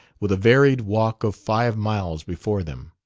with a varied walk of five miles before them.